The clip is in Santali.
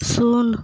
ᱥᱩᱱ